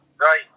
Right